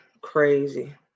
crazy